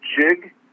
jig